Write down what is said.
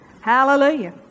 Hallelujah